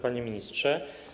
Panie Ministrze!